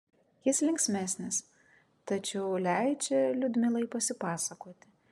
jis linksmesnis tačiau leidžia liudmilai pasipasakoti